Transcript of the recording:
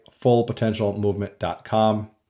fullpotentialmovement.com